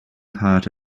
part